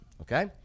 Okay